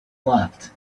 left